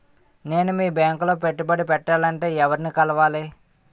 నేను మీ బ్యాంక్ లో పెట్టుబడి పెట్టాలంటే ఎవరిని కలవాలి?